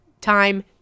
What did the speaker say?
time